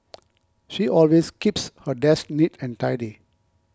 she always keeps her desk neat and tidy